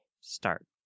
start